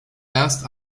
erst